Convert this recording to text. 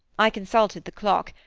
i consulted the clock,